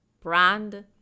brand